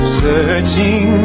searching